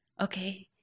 okay